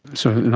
so in